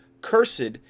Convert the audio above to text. Cursed